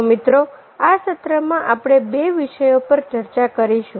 તો મિત્રો આ સત્રમાં આપણે 2 વિષયો પર ચર્ચા કરીશું